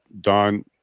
Don